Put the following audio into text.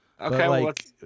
okay